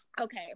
okay